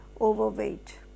overweight